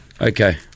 Okay